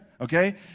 Okay